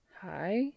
Hi